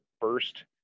first